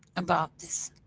about this.